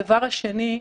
הדבר השני,